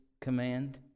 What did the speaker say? command